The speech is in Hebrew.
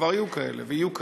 כבר היו כאלה ויהיו כאלה,